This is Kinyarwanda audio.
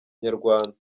inyarwanda